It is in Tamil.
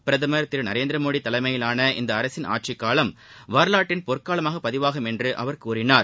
பிரதமா திரு நரேந்திரமோடி தலைமையிவான இந்த அரசின் ஆட்சிக்காலம் வரலாற்றின் பொற்காலமாக பதிவாகும் என்றார்